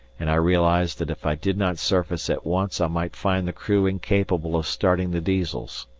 and i realized that if i did not surface at once i might find the crew incapable of starting the diesels.